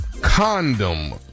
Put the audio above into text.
condom